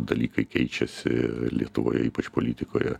dalykai keičiasi lietuvoje ypač politikoje